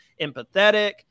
Empathetic